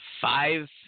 Five